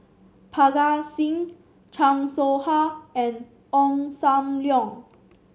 Parga Singh Chan Soh Ha and Ong Sam Leong